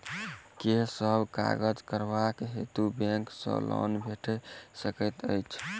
केँ सब काज करबाक हेतु बैंक सँ लोन भेटि सकैत अछि?